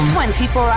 24